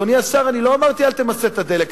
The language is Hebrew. אדוני השר, אני לא אמרתי: אל תמסה את הדלק.